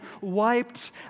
wiped